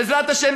בעזרת השם,